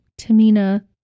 Tamina